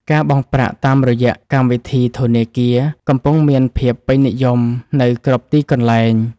ការបង់ប្រាក់តាមរយៈកម្មវិធីធនាគារ កំពុងមានភាពពេញនិយមនៅគ្រប់ទីកន្លែង។